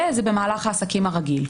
וזה במהלך העסקים הרגיל.